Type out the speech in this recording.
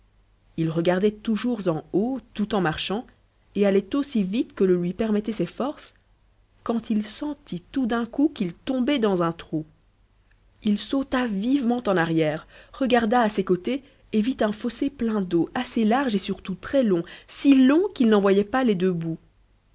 il regardait toujours en haut tout en marchant et allait aussi vite que te lui permettaient ses forces quand il sentit tout d'un coup qu'il tombait dans un trou il sauta vivement en arrière regarda à ses côtés et vit un fossé plein d'eau assez large et surtout très long si long qu'il n'en voyait pas les deux bouts